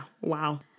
wow